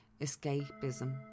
escapism